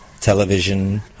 television